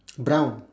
brown